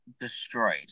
destroyed